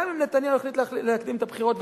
גם אם נתניהו החליט להקדים את הבחירות,